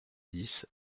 dix